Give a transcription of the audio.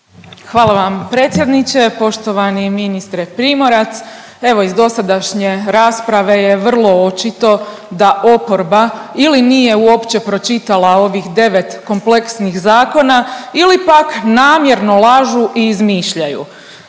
Hvala vam. Predsjedniče, poštovani ministre Primorac evo iz dosadašnje rasprave je vrlo očito da oporba ili nije uopće pročitala ovih 9 kompleksnih zakona ili pak namjerno lažu i izmišljaju.